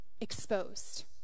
exposed